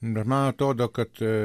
bet man atrodo kad